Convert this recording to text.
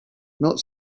not